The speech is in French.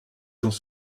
dans